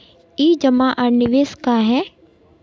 ई जमा आर निवेश का है?